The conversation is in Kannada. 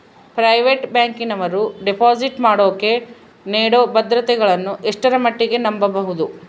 ಪ್ರೈವೇಟ್ ಬ್ಯಾಂಕಿನವರು ಡಿಪಾಸಿಟ್ ಮಾಡೋಕೆ ನೇಡೋ ಭದ್ರತೆಗಳನ್ನು ಎಷ್ಟರ ಮಟ್ಟಿಗೆ ನಂಬಬಹುದು?